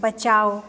बचाओ